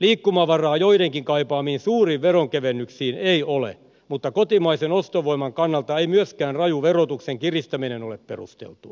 liikkumavaraa joidenkin kaipaamiin suuriin veronkevennyksiin ei ole mutta kotimaisen ostovoiman kannalta ei myöskään raju verotuksen kiristäminen ole perusteltua